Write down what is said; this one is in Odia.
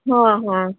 ହଁ ହଁ